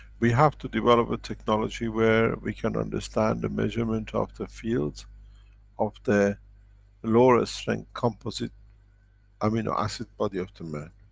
we have to develop a technology where we can understand the measurement of the fields of the lower strength composite amino acid, body of the man.